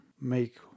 make